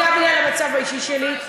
בעיקר בגלל המצב האישי שלי.